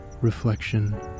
reflection